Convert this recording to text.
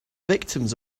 victims